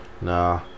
Nah